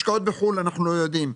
השקעות בחוץ לארץ, אנחנו לא יודעים.